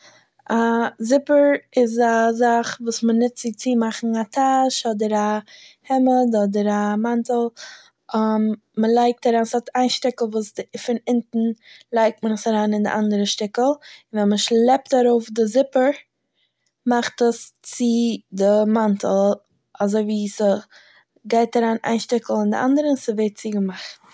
א זיפער איז א זאך וואס מ'נוצט צו צומאכן א טאש אדער א העמד אדער א מאנטל, מ'לייגט ארויף-, ס'האט איין שטיקל וואס פון אונטן לייגט מען עס אריין אין די אנדערע שטיקל און ווען מ'שלעפט ארויף די זיפער מאכט עס צו די מאנטל אזוי ווי ס'גייט אריין איין שטיקל אין די אנדערע און ס'ווערט צוגעמאכט.